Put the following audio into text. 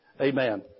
Amen